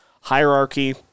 hierarchy